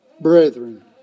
Brethren